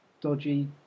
dodgy